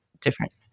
different